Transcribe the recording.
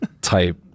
type